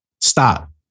Stop